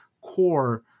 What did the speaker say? core